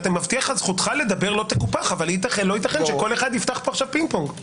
זכותך לדבר לא תקופח אבל לא ייתכן שכל אחד יפתח פינג פונג.